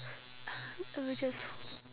I will just